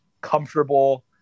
comfortable